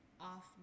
off